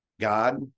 God